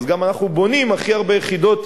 אנחנו גם בונים הכי הרבה יחידות.